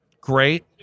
great